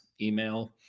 email